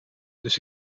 dus